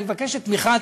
אני מבקש את תמיכת